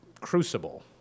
crucible